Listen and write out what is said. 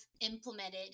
implemented